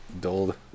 dulled